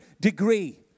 degree